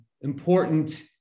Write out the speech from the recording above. important